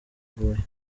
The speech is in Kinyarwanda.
huye